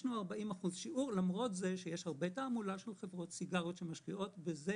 עישנו 40%. למרות שיש הרבה תעמולה של חברות סיגריות שמשקיעות בזה